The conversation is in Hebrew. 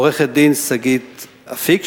עורכת-הדין שגית אפיק,